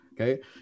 Okay